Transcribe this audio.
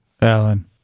Alan